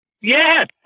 Yes